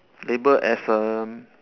labelled as a